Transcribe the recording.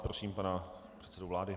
Prosím pana předsedu vlády.